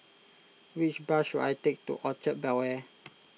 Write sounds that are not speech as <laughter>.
which bus should I take to Orchard Bel Air <noise>